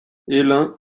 élan